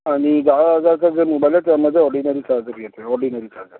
आणि दहा हजाराचा जर मोबाईल आहे त्यामध्ये ऑर्डिनरी चार्जर येते ऑर्डिनरी चार्जर